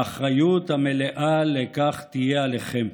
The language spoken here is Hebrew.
האחריות המלאה לכך תהיה עליכם.